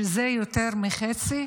שזה יותר מחצי.